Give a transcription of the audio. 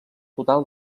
total